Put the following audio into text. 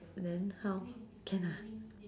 then how can ah